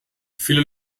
viele